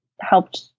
helped